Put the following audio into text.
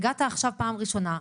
הגעת עכשיו פעם ראשונה,